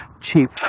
cheap